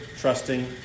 trusting